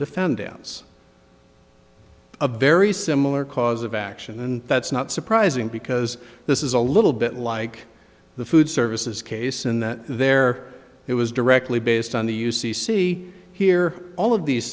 defendants a very similar cause of action and that's not surprising because this is a little bit like the food services case in that there it was directly based on the u c see here all of these